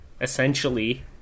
essentially